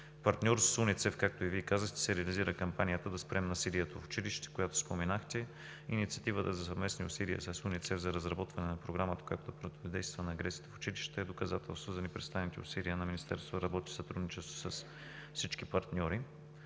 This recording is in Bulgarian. партньорство с УНИЦЕФ, както и Вие казахте, се реализира кампанията „Да спрем насилието в училище“, която споменахте. Инициативата за съвместни усилия с УНИЦЕФ за разработване на програмата, която противодейства на агресията в училище, е доказателство за непрестанните усилия на Министерството да работи в сътрудничество с всички партньори.